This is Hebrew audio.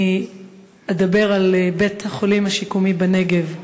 אני אדבר על בית-חולים שיקומי בנגב.